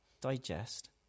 digest